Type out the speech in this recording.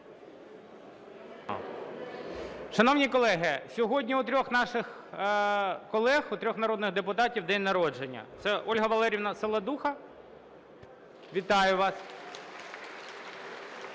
Шановні колеги, сьогодні у трьох наших колег, у трьох народних депутатів день народження – це Ольга Валеріївна Саладуха, вітаю вас,